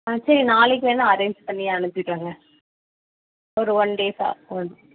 சரி நாளைக்கு வேணால் அரேஞ்சு பண்ணி அனுப்பிடறேங்க ஒரு ஒன் டேஸ்ஸா